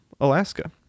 Alaska